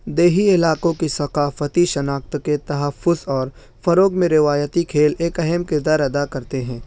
دیہی علاقوں کی ثقافتی شناخت کے تحفظ اور فروغ میں روایتی کھیل ایک اہم کردار ادا کرتے ہیں